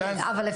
אבל אסנת,